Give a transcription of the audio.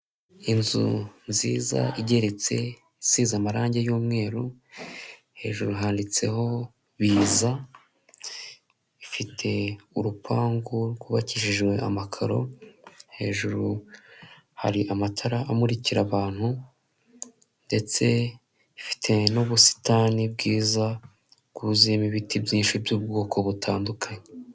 Inzu nziza igeretse, isize amarangE y'umweru, hejuru handitseho Biza, ifite urupangu rwubakishijwe amakaro, hejuru hari amatara amurikira abantu ndetse ifite n'ubusitani bwiza, bwuzuyemo ibiti byinshi by'ubwoko butandukanye.